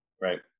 Right